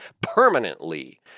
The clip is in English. permanently